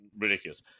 Ridiculous